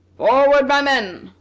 forward, my men!